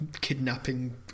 kidnapping